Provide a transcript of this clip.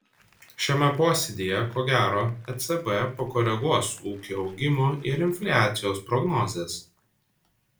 šiame posėdyje ko gero ecb pakoreguos ūkio augimo ir infliacijos prognozes